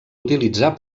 utilitzar